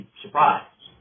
surprised